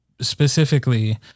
specifically